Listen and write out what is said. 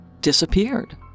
disappeared